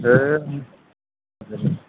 ए हजुर